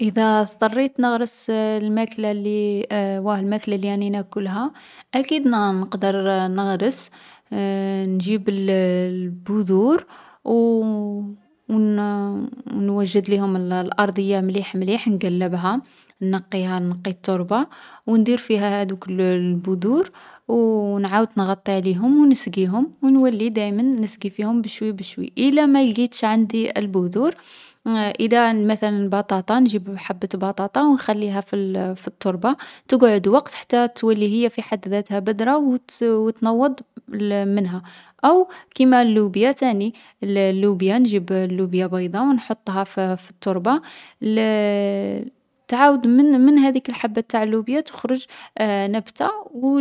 ﻿إذا اضطريت نغرس الماكلة لي واه الماكلة اللي راني نأكلها، أكيد ن-نقدر نغرس. نجيب البذور و نوجد ليهم الأرضية مليح مليح نقلبها، ناقيها نقي التربة وندير فيها هاذوك البذور، ونعاود نغطي عليهم و نسقيهم و نولي دايمن نسقي فيهم بشوي بشوي. إلا مالقيتش عندي البذور، إذا مثلا البطاطا، نجيب حبة بطاطا ونخليها في ال-في التربة تقعد وقت حتى تولي هي في حد ذاتها بذرة وتس-تنوض ل-منها. أو كيما اللوبيا تاني، ال-لوبيا نجيب اللوبيا بيضة و نحطها ف-في التربة تعاود من من هاديك الحبة نتاع اللوبية تخرج نبتة.